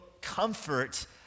comfort